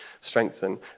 strengthen